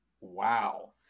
wow